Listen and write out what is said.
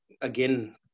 again